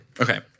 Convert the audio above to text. Okay